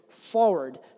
forward